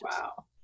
Wow